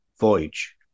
voyage